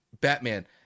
Batman